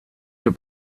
your